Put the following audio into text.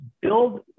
build